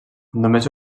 només